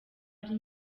ari